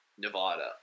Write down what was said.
Nevada